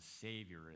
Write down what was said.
savior